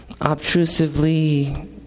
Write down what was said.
obtrusively